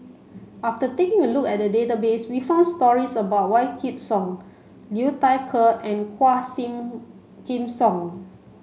after taking a look at the database we found stories about Wykidd Song Liu Thai Ker and Quah Sing Kim Song